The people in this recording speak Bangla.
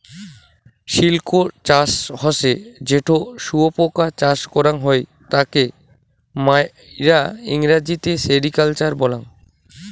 সিল্ক চাষ হসে যেটো শুয়োপোকা চাষ করাং হই তাকে মাইরা ইংরেজিতে সেরিকালচার বলাঙ্গ